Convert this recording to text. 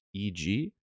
EG